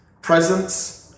presence